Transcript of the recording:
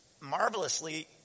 marvelously